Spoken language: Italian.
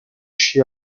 sci